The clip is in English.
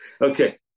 Okay